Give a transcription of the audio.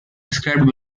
described